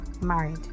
married